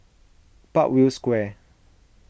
Parkview Square